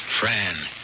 Fran